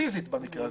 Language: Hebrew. פיזית במקרה הזה,